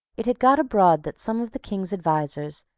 it had got abroad that some of the king's advisers,